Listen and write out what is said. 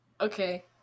okay